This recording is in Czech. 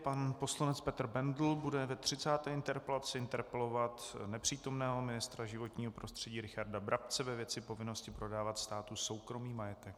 Pan poslanec Petr Bendl bude ve třicáté interpelaci interpelovat nepřítomného ministra životního prostředí Richarda Brabce ve věci povinnosti prodávat státu soukromý majetek.